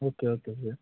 okay okay sir